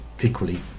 equally